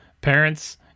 parents